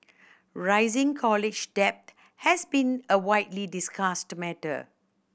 rising college debt has been a widely discussed matter